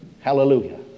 Hallelujah